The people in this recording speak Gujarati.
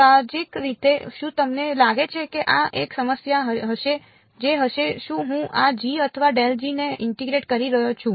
સાહજિક રીતે શું તમને લાગે છે કે આ એક સમસ્યા હશે જે છે શું હું g અથવા ને ઇન્ટીગ્રેટ કરી રહ્યો છું